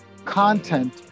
content